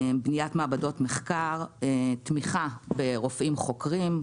בניית מעבדות מחקר, תמיכה ברופאים חוקרים,